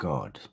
God